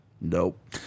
Nope